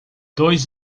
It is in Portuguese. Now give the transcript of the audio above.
dois